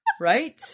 right